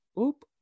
oop